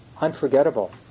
unforgettable